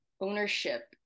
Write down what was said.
ownership